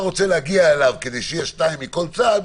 רוצה להגיע אליו כדי שיהיה 2 מכל צד,